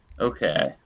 okay